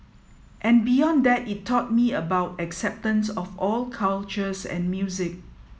and beyond that it taught me about acceptance of all cultures and music